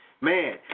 Man